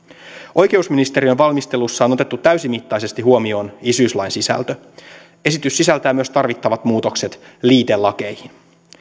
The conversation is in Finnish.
oikeusministeriön valmistelussa on otettu täysimittaisesti huomioon isyyslain sisältö esitys sisältää myös tarvittavat muutokset liitelakeihin